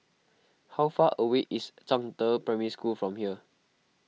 how far away is Zhangde Primary School from here